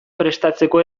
prestatzeko